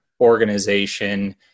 organization